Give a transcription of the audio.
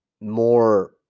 more